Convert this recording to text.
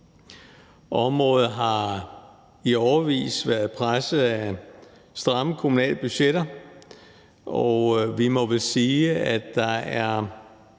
Området har i årevis været presset af stramme kommunale budgetter, og vi må vist sige, at der er